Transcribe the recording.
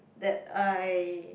that I